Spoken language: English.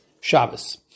Shabbos